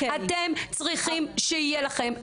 אתם צריכים שיהיה לכם.